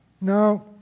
No